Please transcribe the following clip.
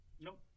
Nope